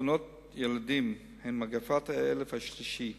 תאונות ילדים הן מגפת האלף השלישי.